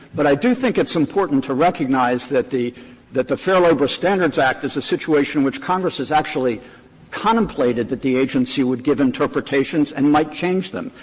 but i do think it's important to recognize that the that the fair labor standards act is a situation which congress has actually contemplated that the agency would give interpretations and might change them.